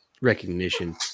recognition